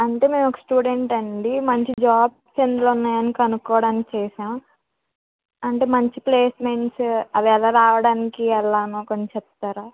అంటే మేము ఒక స్టూడెంట్ అండి మంచి జాబ్స్ ఎందుల్లో ఉన్నాయా అని కనుకోవడానికి చేసాం అంటే మంచి ప్లేస్మెంట్స్ అవి ఎలా రావడానికి ఎలానో కొన్ని చెప్తారా